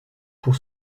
pour